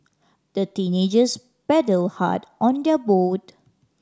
the teenagers paddled hard on their boat